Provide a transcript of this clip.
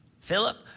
Philip